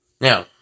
Now